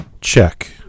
Check